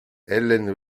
ellen